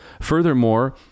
Furthermore